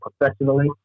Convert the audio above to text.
professionally